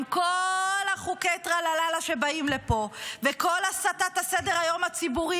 עם כל חוקי הטרלללה שבאים לפה וכל הסטת סדר-היום הציבורי